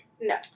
No